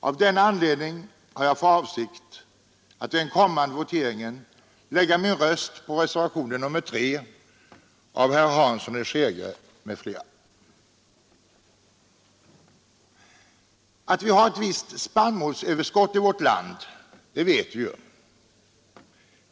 Av denna anledning har jag för avsikt att i den kommande voteringen lägga min röst på reservationen 3 av herr Hansson i Skegrie m.fl. Att vi har ett visst spannmålsöverskott i vårt land vet vi.